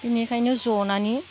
बेनिखायनो जनानै